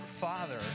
Father